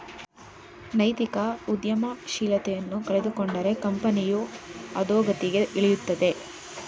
ನೈತಿಕ ಉದ್ಯಮಶೀಲತೆಯನ್ನು ಕಳೆದುಕೊಂಡರೆ ಕಂಪನಿಯು ಅದೋಗತಿಗೆ ಇಳಿಯುತ್ತದೆ